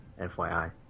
FYI